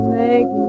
make